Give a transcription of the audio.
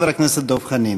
חבר הכנסת דב חנין.